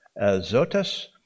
Azotus